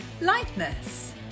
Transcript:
lightness